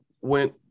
went